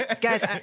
Guys